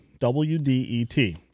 WDET